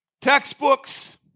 Textbooks